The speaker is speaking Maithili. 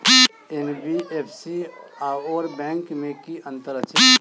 एन.बी.एफ.सी आओर बैंक मे की अंतर अछि?